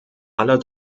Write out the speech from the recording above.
aller